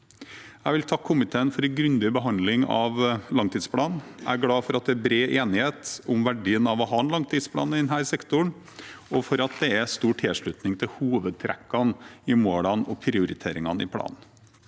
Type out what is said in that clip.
Jeg vil takke komiteen for en grundig behandling av langtidsplanen. Jeg er glad for at det er bred enighet om verdien av å ha en langtidsplan i denne sektoren, og for at det er stor tilslutning til hovedtrekkene i målene og prioriteringene i planen.